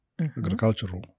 agricultural